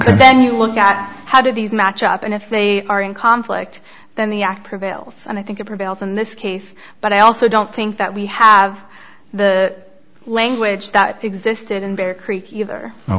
ok then you look at how do these match up and if they are in conflict then the act prevails and i think it prevails in this case but i also don't think that we have the language that existed in bear creek either